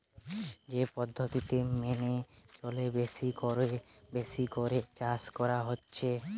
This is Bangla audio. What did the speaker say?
যে পদ্ধতি মেনে চলে বেশি কোরে বেশি করে চাষ করা হচ্ছে